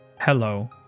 Hello